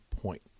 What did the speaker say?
point